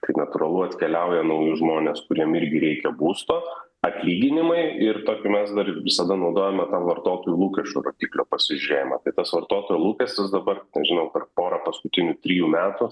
kai natūralu atkeliauja nauji žmonės kuriem irgi reikia būsto atlyginimai ir tokį mes dar visada naudojame tą vartotojų lūkesčio rodiklio pasižiūrėjimą tai tas vartotojo lūkestis dabar nežinau per pora paskutinių trijų metų